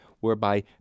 whereby